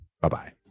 Bye-bye